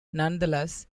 nonetheless